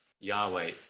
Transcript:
Yahweh